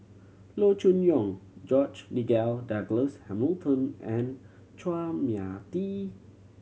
Loo Choon Yong George Nigel Douglas Hamilton and Chua Mia Tee